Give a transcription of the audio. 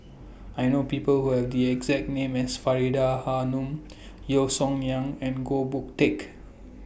I know People Who Have The exact name as Faridah Hanum Yeo Song Nian and Goh Boon Teck